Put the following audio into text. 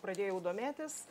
pradėjau domėtis